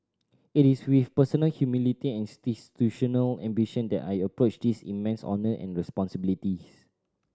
it is with personal humility and institutional ambition that I approach this immense honour and responsibilities